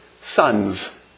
sons